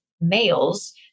males